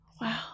Wow